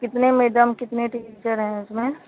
कितने मैडम कितने टीचर हैं इसमें